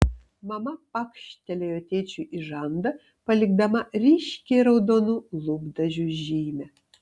mama pakštelėjo tėčiui į žandą palikdama ryškiai raudonų lūpdažių žymę